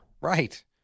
Right